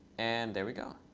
and there we go.